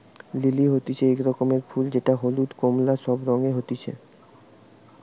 lily হতিছে এক রকমের ফুল যেটা হলুদ, কোমলা সব রঙে হতিছে